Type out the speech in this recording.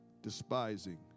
Despising